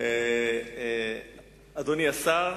אדוני השר,